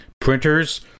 printers